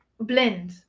blend